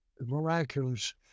miraculous